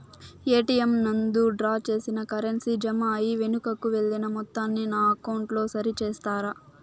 ATM నందు draw చేసిన currency jam అయి వెనుకకు వెళ్లిన మొత్తాన్ని నా అకౌంట్ లో సరి చేస్తారా?